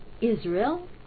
Israel